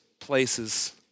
places